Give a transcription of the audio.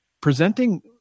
presenting